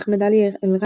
אחמד עלי אל-ריימי,